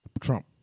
Trump